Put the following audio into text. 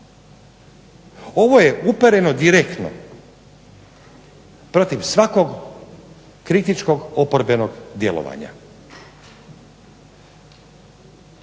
Ovo je upereno direktno protiv svakog kritičkog oporbenog djelovanja.